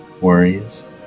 worries